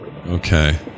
Okay